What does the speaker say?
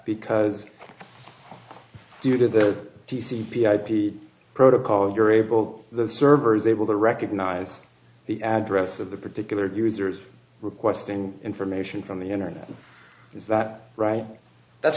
because due to the t c p ip protocol you're able the server is able to recognize the address of the particular user's requesting information from the internet is that right that's